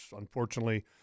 unfortunately